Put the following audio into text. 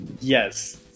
yes